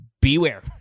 beware